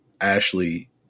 Ashley